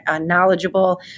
knowledgeable